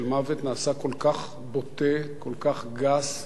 של מוות, נעשה כל כך בוטה, כל כך גס,